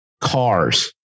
cars